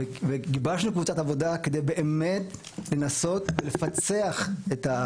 וגיבשנו קבוצת עבודה כדי באמת לנסות ולפצח את,